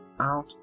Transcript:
out